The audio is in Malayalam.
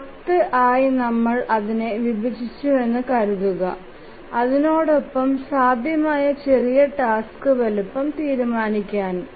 10 ആയി നമ്മൾ അതിനെ വിഭജിച്ചുവെന്ന് കരുതുക അതിനോടൊപ്പം സാധ്യമായ ചെറിയ ടാസ്ക് വലുപ്പം തീരുമാനിക്കാനും